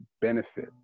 benefit